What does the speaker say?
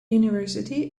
university